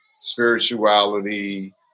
spirituality